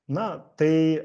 na tai